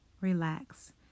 relax